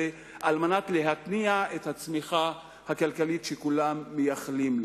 על מנת להתניע את הצמיחה הכלכלית שכולם מייחלים לה.